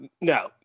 no